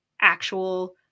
actual